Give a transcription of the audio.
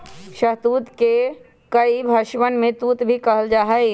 शहतूत के कई भषवन में तूत भी कहल जाहई